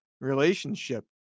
relationship